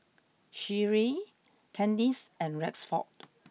Sherree Candice and Rexford